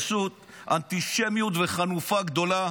זו פשוט אנטישמיות וחנופה גדולה